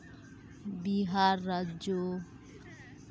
Bihar Rajya